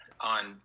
on